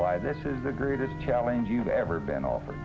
why this is the greatest challenge you've ever been offered